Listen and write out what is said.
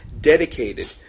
dedicated